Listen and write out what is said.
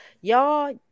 y'all